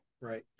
right